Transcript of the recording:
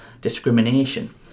discrimination